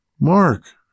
Mark